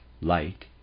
light